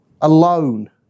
Alone